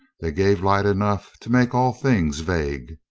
they gave light enough to make all things vague.